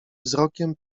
wzrokiem